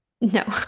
No